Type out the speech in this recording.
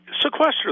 Sequester